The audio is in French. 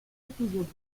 épisodiquement